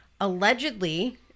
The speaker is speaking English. Allegedly